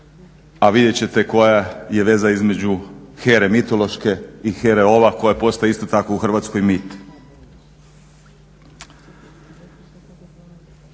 a vidjet koja je veza između Here mitološke i HERA-e ova koja postaje isto tako u Hrvatskoj mit.